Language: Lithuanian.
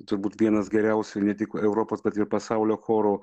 turbūt vienas geriausių ne tik europos bet ir pasaulio chorų